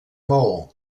maó